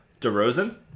DeRozan